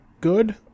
good